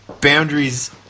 Boundaries